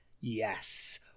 Yes